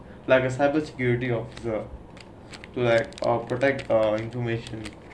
like a cyber security of the like protect information